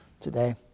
today